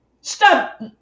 Stop